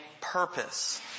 purpose